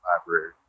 Library